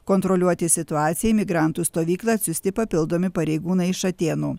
kontroliuoti situacijai į migrantų stovyklą atsiųsti papildomi pareigūnai iš atėnų